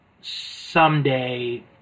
someday